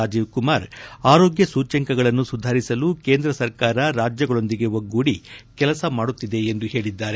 ರಾಜೀವ್ ಕುಮಾರ್ ಆರೋಗ್ಗ ಸೂಚ್ಯಂಕಗಳನ್ನು ಸುಧಾರಿಸಲು ಕೇಂದ್ರ ಸರ್ಕಾರ ರಾಜ್ಯಗಳೊಂದಿಗೆ ಒಗ್ಗೂಡಿ ಕೆಲಸ ಮಾಡುತ್ತಿದೆ ಎಂದು ಹೇಳಿದ್ದಾರೆ